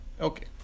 Okay